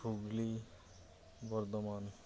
Hooghly Bardhaman